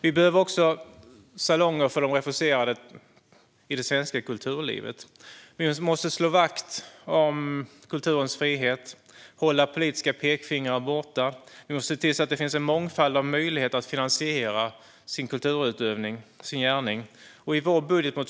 Vi behöver också salonger för de refuserade i det svenska kulturlivet. Vi måste slå vakt om kulturens frihet och hålla politiska pekfingrar borta. Vi måste se till att det finns en mångfald av möjligheter att finansiera sin kulturutövning och sin gärning.